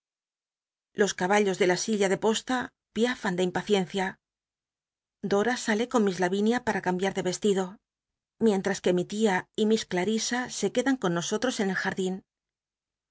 los caballos de la silla de posta piafan de impaciencia dora sale con miss livinia para cambiar de ves biblioteca nacional de españa david copperfield tido mientras que mi tia y mis clari a se quedan con nosot os en el jmdin